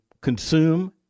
consume